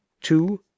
two